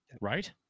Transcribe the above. right